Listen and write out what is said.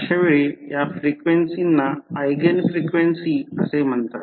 अशावेळी या फ्रिक्वेन्सीना ऎगेन फ्रिक्वेन्सी असे म्हणतात